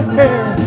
hair